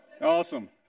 Awesome